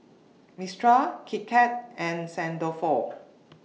Mistral Kit Kat and Saint Dalfour